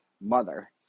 mother